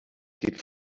geht